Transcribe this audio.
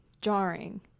jarring